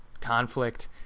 conflict